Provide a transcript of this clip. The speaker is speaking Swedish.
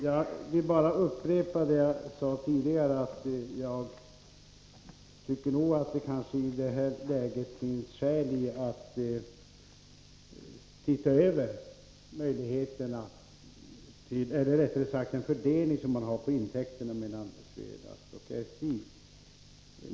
Jag vill bara upprepa det jag sade tidigare, att det kanske i det här läget finns skäl att se över fördelningen av intäkterna mellan Svelast och SJ.